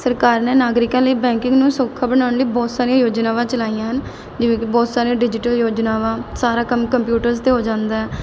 ਸਰਕਾਰ ਨੇ ਨਾਗਰਿਕਾਂ ਲਈ ਬੈਂਕਿੰਗ ਨੂੰ ਸੌਖਾ ਬਣਾਉਣ ਲਈ ਬਹੁਤ ਸਾਰੀਆਂ ਯੋਜਨਾਵਾਂ ਚਲਾਈਆਂ ਹਨ ਜਿਵੇਂ ਕਿ ਬਹੁਤ ਸਾਰੀਆਂ ਡਿਜੀਟਲ ਯੋਜਨਾਵਾਂ ਸਾਰਾ ਕੰਮ ਕੰਪਿਊਟਰਸ 'ਤੇ ਹੋ ਜਾਂਦਾ